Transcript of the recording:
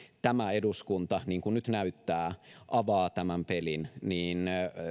tämä eduskunta niin kuin nyt näyttää avaa tämän pelin niin